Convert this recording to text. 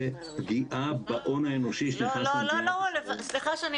זה פגיעה בהון האנושי --- סליחה שאני